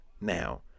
now